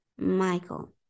Michael